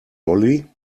lolli